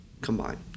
combined